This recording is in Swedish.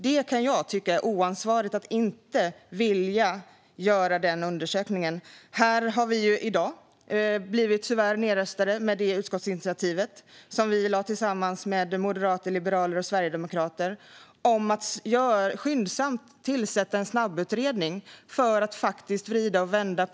Jag kan tycka att det är oansvarigt att inte vilja undersöka det. Det utskottsinitiativ som vi lade fram tillsammans med Moderaterna, Liberalerna och Sverigedemokraterna om att tillsätta en snabbutredning har tyvärr blivit nedröstat i dag.